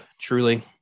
truly